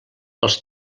els